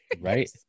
Right